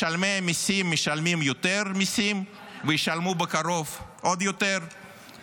משלמי המיסים משלמים יותר מיסים וישלמו בקרוב עוד יותר,